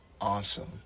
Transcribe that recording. Awesome